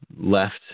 left